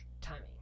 timing